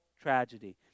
tragedy